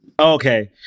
Okay